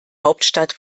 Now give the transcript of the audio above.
hauptstadt